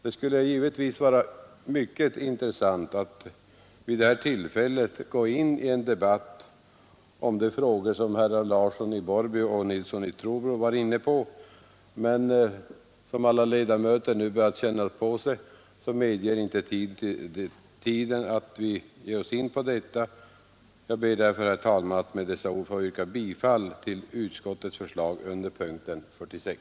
Det skulle givetvis vara mycket intressant att vid detta tillfälle gå in i en debatt om de frågor som herr Larsson i Borrby och herr Nilsson i Trobro tog upp, men som alla ledamöter nu börjar känna på sig medger tiden inte detta. Jag ber därför, herr talman, att med dessa ord få yrka bifall till utskottets hemställan under punkten 46.